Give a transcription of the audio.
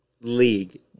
league